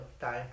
time